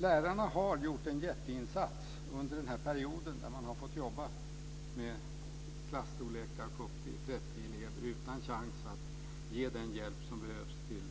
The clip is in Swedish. Lärarna har gjort en jätteinsats under den här perioden när man har fått jobba med klasstorlekar på upp till 30 elever utan chans att ge den hjälp som behövs till